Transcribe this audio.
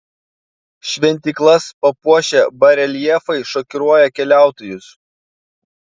šventyklas papuošę bareljefai šokiruoja keliautojus